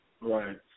Right